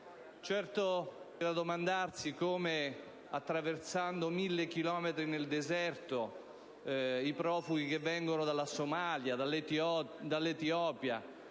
Certo, c'è da domandarsi come possano attraversare mille chilometri nel deserto i profughi provenienti dalla Somalia, dall'Etiopia